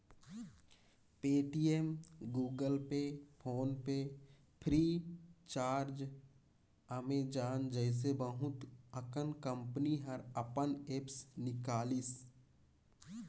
Paytm, Google Pay, PhonePe Freecharge, Amazon जइसे बहुत अकन कंपनी हर अपन ऐप्स निकालिसे